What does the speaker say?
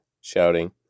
shouting